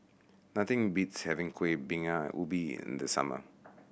nothing beats having Kuih Bingka Ubi in the summer